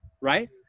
right